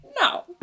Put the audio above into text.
No